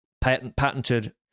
patented